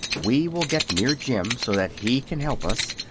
we will get near jim, so that he can help us,